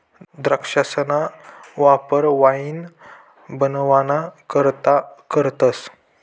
द्राक्षसना वापर वाईन बनवाना करता करतस